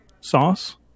sauce